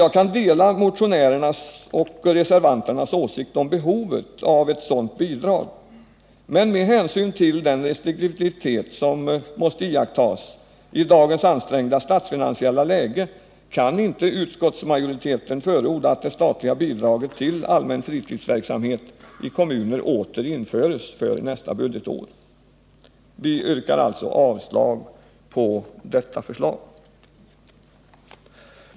Jag kan dela motionärernas och reservanternas åsikt om behovet av ett sådant bidrag, men med hänsyn till den restriktivitet som måste iakttas i dagens ansträngda statsfinansiella läge kan inte utskottsmajoriteten förorda att det statliga bidraget till allmän fritidsverksamhet till kommuner åter införs för nästa budgetår. Vi yrkar alltså avslag på detta förslag.